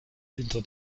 hinter